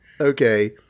okay